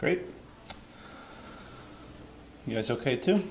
great you know it's ok to